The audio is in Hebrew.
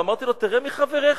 ואמרתי לו: תראה מי חבריך,